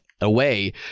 away